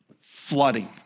flooding